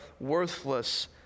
worthless